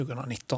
2019